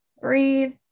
breathe